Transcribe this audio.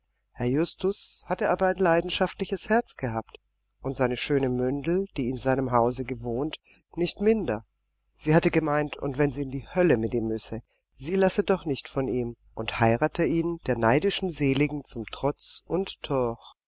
herr justus hatte aber ein leidenschaftliches herz gehabt und seine schöne mündel die in seinem hause gewohnt nicht minder sie hatte gemeint und wenn sie in die hölle mit ihm müsse sie lasse doch nicht von ihm und heirate ihn der neidischen seligen zum trotz und